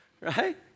right